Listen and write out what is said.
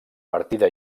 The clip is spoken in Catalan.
partida